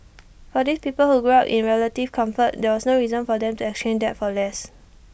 for these people who grew up in relative comfort there was no reason for them to exchange that for less